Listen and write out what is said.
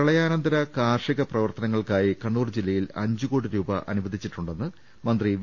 പ്രളയാനന്തര കാർഷിക പ്രവർത്തനങ്ങൾക്കായി കണ്ണൂർ ജില്ല യിൽ അഞ്ചുകോടി രൂപ അനുവദിച്ചിട്ടുണ്ടെന്ന് മന്ത്രി വി